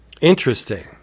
Interesting